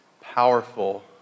powerful